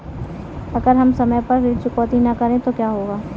अगर हम समय पर ऋण चुकौती न करें तो क्या होगा?